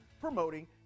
promoting